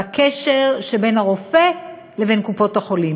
בקשר שבין הרופא לבין קופות-החולים.